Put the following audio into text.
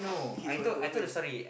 okay what happen what happen